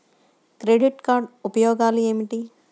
Credit card ఉపయోగాలు ఏమిటి?